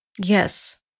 Yes